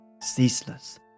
ceaseless